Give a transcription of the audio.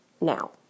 now